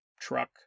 truck